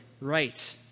right